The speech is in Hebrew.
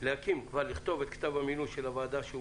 כבר לכתוב את כתב המינוי של הוועדה שהוא